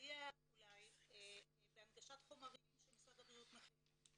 לסייע אולי בהנגשת חומרים שמשרד הבריאות מכין,